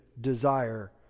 desire